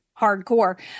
hardcore